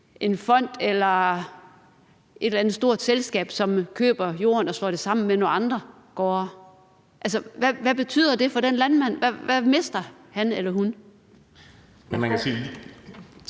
landmand eller et eller andet stort selskab, som køber jorden og slår den sammen med andre jorde på andre gårde? Hvad betyder det for den landmand? Hvad mister han eller hun?